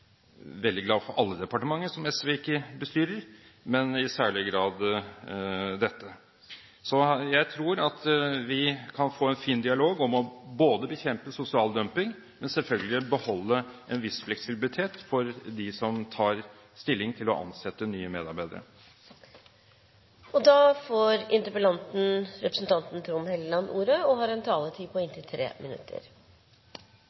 veldig glad for alle departementer som SV ikke bestyrer, men i særlig grad dette. Jeg tror at vi kan få en fin dialog, både om å bekjempe sosial dumping og om å beholde en viss fleksibilitet for dem som tar stilling til å ansette nye medarbeidere. Jeg vil takke for de innleggene som har vært holdt. De har